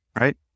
right